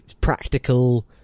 practical